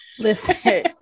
Listen